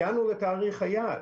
הגענו לתאריך היעד,